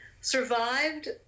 survived